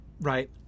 right